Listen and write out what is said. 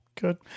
Good